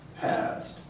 passed